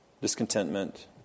discontentment